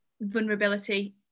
vulnerability